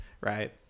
right